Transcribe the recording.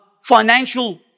financial